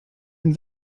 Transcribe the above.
den